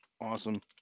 Awesome